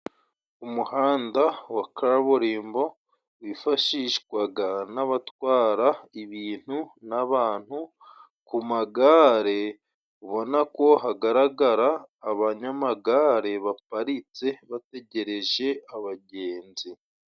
Umuhanda wa kaburimbo wifashishwaga n'abatwara ibintu n'abantu ku magare，ubona ko hagaragara abanyamagare baparitse bategereje abagenzi.